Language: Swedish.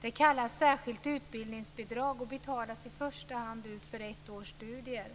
Det kallas "särskilt utbildningsbidrag" och betalas ut för i första hand ett års studier.